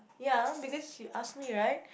ya because she ask me right